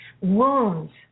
wounds